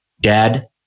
Dad